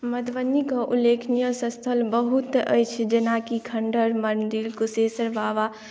मधुबनीक उल्लेखनीय स्थल बहुत अछि जेना की खंडहर मंदिर कुशेशर बाबा